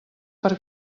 per